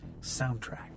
soundtrack